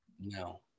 No